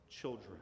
children